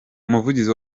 umuvugizi